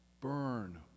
burn